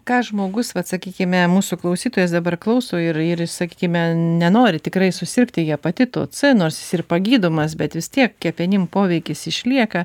ką žmogus vat sakykime mūsų klausytojas dabar klauso ir ir sakykime nenori tikrai susirgti hepatitu c nors jis ir pagydomas bet vis tiek kepenims poveikis išlieka